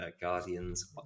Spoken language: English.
Guardians